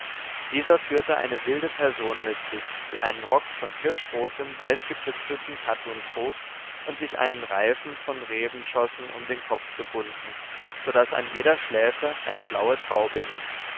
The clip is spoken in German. dieser führte eine wilde person mit sich die einen rock von kirschrotem weißgetüpfeltem kattun trug und sich einen reifen von rebenschossen um den kopf gebunden so daß an jeder schläfe eine blaue traube hing